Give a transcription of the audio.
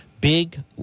big